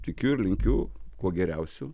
tikiu ir linkiu kuo geriausių